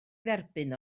dderbyn